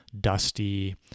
dusty